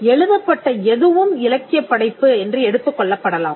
எழுதப்பட்ட எதுவும் இலக்கியப் படைப்பு என்று எடுத்துக் கொள்ளப்படலாம்